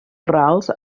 rals